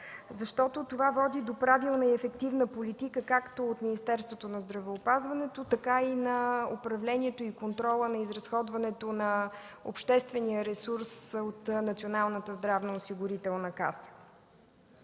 Защото това води до правилна и ефективна политика както на Министерството на здравеопазването, така и на управлението и контрола на изразходването на обществения ресурс от Националната здравноосигурителна каса.